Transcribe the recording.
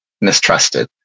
mistrusted